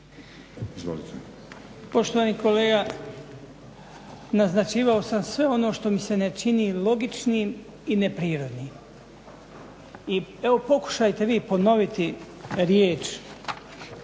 (HDZ)** Poštovani kolega, naznačivao sam sve ono što mi se ne čini logičnim i neprirodnim. Evo, pokušajte vi ponoviti riječ